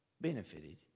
benefited